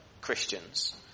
Christians